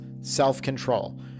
self-control